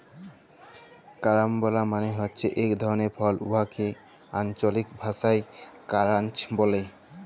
carambola মালে হছে ইক ধরলের ফল উয়াকে আল্চলিক ভাষায় কারান্চ ব্যলে